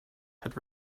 had